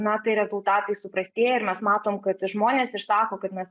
na tai rezultatai suprastėję ir mes matom kad žmonės išsako kad mes